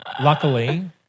Luckily